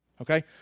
okay